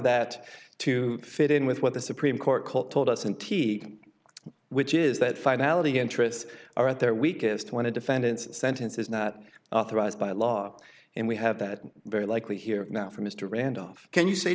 that to fit in with what the supreme court cult told us in t eight which is that finality interests are at their weakest when a defendant's sentence is not authorized by law and we have that very likely here now for mr randolph can you say